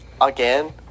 again